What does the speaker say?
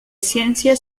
ciencia